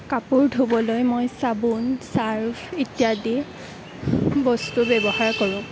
কাপোৰ ধুবলৈ মই চাবোন চাৰ্ফ ইত্যাদি বস্তু ব্যৱহাৰ কৰোঁ